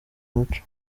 umuco